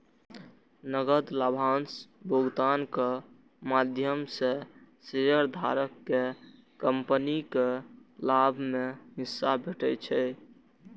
नकद लाभांश भुगतानक माध्यम सं शेयरधारक कें कंपनीक लाभ मे हिस्सा भेटै छै